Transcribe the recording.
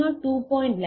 11 A OFDM மற்றும் 802